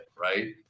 right